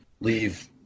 leave